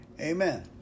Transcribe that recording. Amen